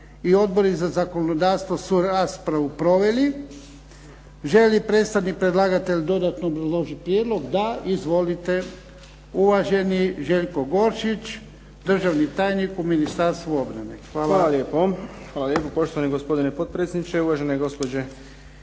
i Odbori za zakonodavstvo su raspravu proveli. Želi li predstavnik predlagatelja dodatno obrazložiti prijedlog? Da. Izvolite. Uvaženi Željko Goršić, državni tajnik u Ministarstvu obrane. **Goršić, Željko** Hvala lijepo poštovani gospodine potpredsjedniče i uvažene gospođe